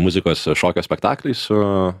muzikos šokio spektaklį su